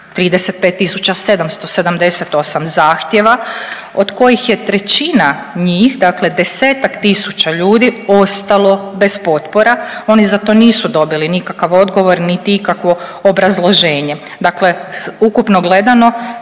35778 zahtjeva od kojih je trećina njih, dakle desetak tisuća ljudi ostalo bez potpora. Oni za to nisu dobili nikakav odgovor niti ikakvo obrazloženje. Dakle, ukupno gledano